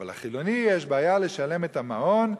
אבל לחילוני יש בעיה לשלם את המעון,